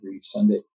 Sunday